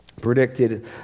predicted